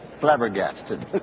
flabbergasted